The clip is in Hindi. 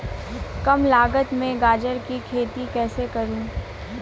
कम लागत में गाजर की खेती कैसे करूँ?